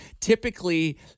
typically